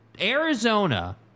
Arizona